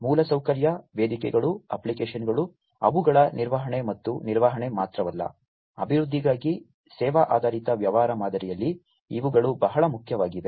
ಮೂಲಸೌಕರ್ಯ ವೇದಿಕೆಗಳು ಅಪ್ಲಿಕೇಶನ್ಗಳು ಅವುಗಳ ನಿರ್ವಹಣೆ ಮತ್ತು ನಿರ್ವಹಣೆ ಮಾತ್ರವಲ್ಲ ಅಭಿವೃದ್ಧಿಗಾಗಿ ಸೇವಾ ಆಧಾರಿತ ವ್ಯವಹಾರ ಮಾದರಿಯಲ್ಲಿ ಇವುಗಳು ಬಹಳ ಮುಖ್ಯವಾಗಿವೆ